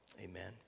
Amen